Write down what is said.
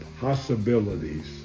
possibilities